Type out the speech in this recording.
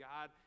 God